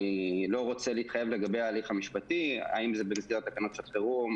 אני לא רוצה להתחייב לגבי ההליך המשפטי - האם זה במסגרת תקנות שעת חרום,